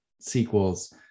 sequels